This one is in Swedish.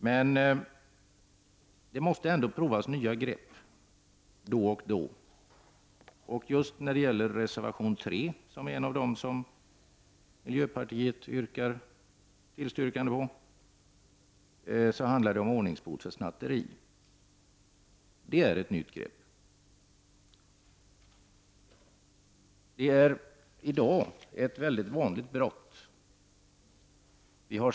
Men man måste ändå pröva nya grepp då och då. Reservation 3, som miljöpartiet yrkar bifall till, handlar om ordningsbot för snatteri. Det är ett nytt grepp. I dag är snatteri ett mycket vanligt brott.